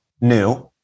new